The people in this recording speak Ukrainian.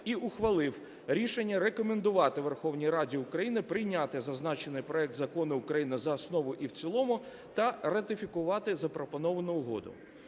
і ухвалив рішення рекомендувати Верховній Раді України прийняти зазначений проект Закону України за основу і в цілому та ратифікувати запропоновану угоду.